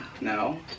no